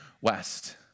West